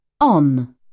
On